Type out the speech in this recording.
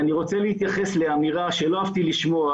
אני רוצה להתייחס לאמירה שלא אהבתי לשמוע